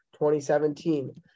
2017